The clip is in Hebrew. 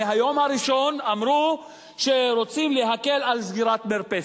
מהיום הראשון אמרו שרוצים להקל סגירת מרפסת.